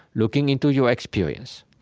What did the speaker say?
looking into your experience.